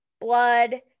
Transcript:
blood